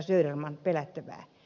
söderman pelättävää